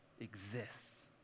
exists